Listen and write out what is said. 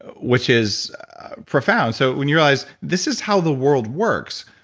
which is profound so when you realize, this is how the world works,